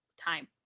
time